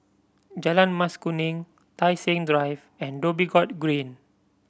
Jalan Mas Kuning Tai Seng Drive and Dhoby Ghaut Green